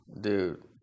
dude